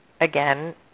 again